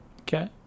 Okay